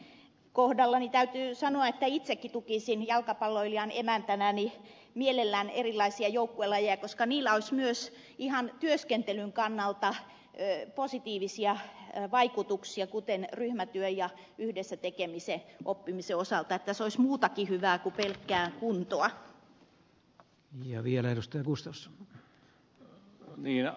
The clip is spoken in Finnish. gustafssonin kohdalla täytyy sanoa että itsekin tukisin jalkapalloilijan emäntänä mielelläni erilaisia joukkuelajeja koska niillä olisi myös ihan työskentelyn kannalta positiivisia vaikutuksia kuten ryhmätyön ja yhdessä tekemisen oppimista niin että tässä olisi muutakin hyvää kuin pelkkää kuntoa